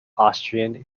austrian